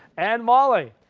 and molly?